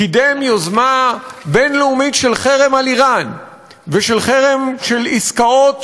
קידם יוזמה בין-לאומית של חרם על איראן ושל חרם של עסקאות